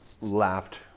laughed